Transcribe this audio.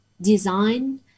design